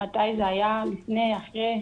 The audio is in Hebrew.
מתי זה היה, לפני, אחרי.